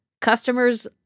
Customers